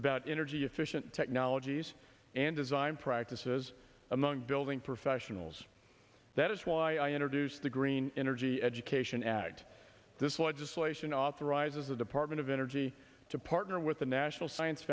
about energy efficient technologies and design practices among building professionals that is why i introduced the green energy education act this legislation authorizes the department of energy to partner with the national science